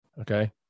okay